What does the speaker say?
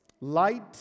Light